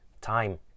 time